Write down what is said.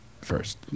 first